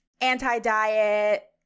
anti-diet